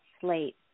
slate